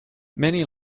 many